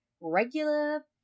regular